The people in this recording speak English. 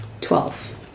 Twelve